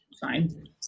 fine